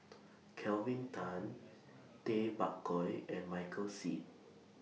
Kelvin Tan Tay Bak Koi and Michael Seet